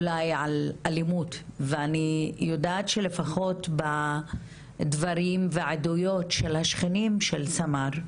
אולי על אלימות ואני יודעת שלפחות בדברים והעדויות של השכנים של סמר,